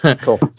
Cool